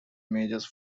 images